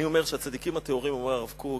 אני אומר שהצדיקים הטהורים, אומר הרב קוק,